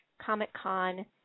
Comic-Con